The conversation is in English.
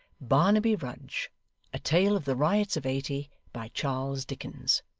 barnaby rudge a tale of the riots of eighty by charles dickens